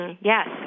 Yes